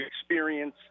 experience